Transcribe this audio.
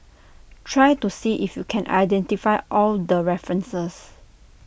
try to see if you can identify all the references